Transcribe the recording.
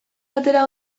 atera